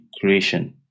creation